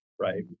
right